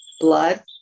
blood